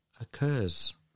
occurs